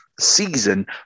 season